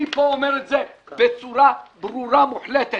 אני פה אומר את זה בצורה ברורה ומוחלטת,